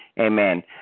amen